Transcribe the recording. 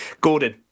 Gordon